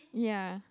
ya